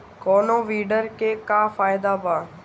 कौनो वीडर के का फायदा बा?